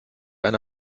eine